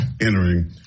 entering